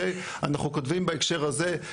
אנחנו כותבים בהקשר הזה,